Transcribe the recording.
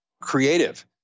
creative